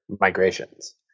migrations